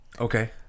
okay